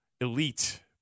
elite